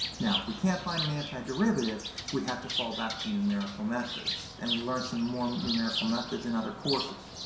now if we can't find an antiderivative, we have to fall back to numerical methods and we learn some more numerical methods in other courses.